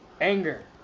Anger